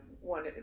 one